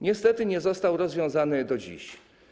Niestety nie został rozwiązany do dziś.